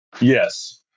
Yes